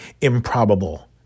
improbable